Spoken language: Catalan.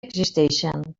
existeixen